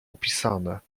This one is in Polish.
opisane